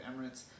Emirates